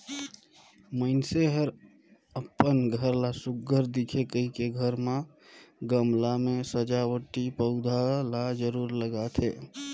मइनसे मन हर अपन घर ला सुग्घर दिखे कहिके घर म गमला में सजावटी पउधा ल जरूर लगाथे